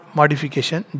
modification